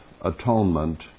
atonement